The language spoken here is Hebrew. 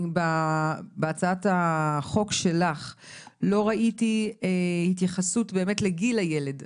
בהצעת החוק שלך לא ראיתי התייחסות באמת לגיל הילד.